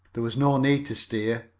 there was no need to steer,